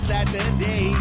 Saturday